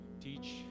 teach